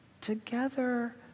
together